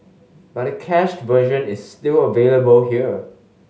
but a cached version is still available here